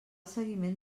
seguiment